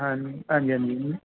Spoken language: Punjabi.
ਹਾਂਜੀ ਹਾਂਜੀ ਹਾਂਜੀ ਜੀ